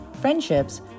friendships